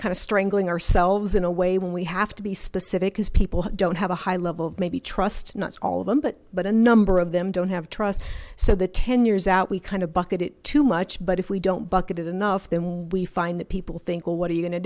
of strangling ourselves in a way when we have to be specific because people who don't have a high level maybe trust not all of them but but a number of them don't have trust so the ten years out we kind of bucket it too much but if we don't bucket it enough then we find that people think well what are you go